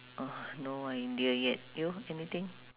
uh no idea yet you anything